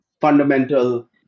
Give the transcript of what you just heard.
fundamental